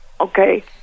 Okay